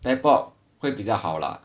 teleport 会比较好 lah